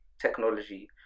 technology